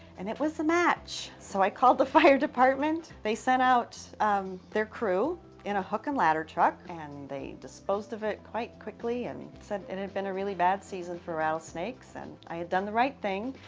and it was a match. so i called the fire department, they sent out their crew in a hook and ladder truck. and they disposed of it quite quickly and said, it had been a really bad season for rattlesnakes. and i had done the right thing.